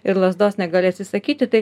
ir lazdos negali atsisakyti tai